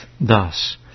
thus